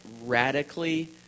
radically